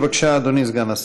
בבקשה, אדוני סגן השר.